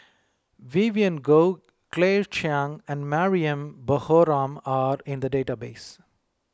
Vivien Goh Claire Chiang and Mariam Baharom are in the database